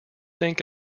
think